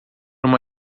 uma